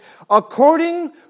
according